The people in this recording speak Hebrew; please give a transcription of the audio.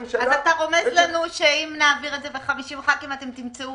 אתה רומז לנו שאם נעביר את זה ב-50 חברי כנסת אתם תמצאו